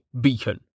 Beacon